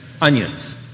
onions